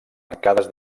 arcades